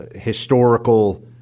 historical